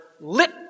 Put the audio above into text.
lit